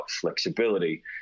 flexibility